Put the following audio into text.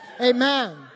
Amen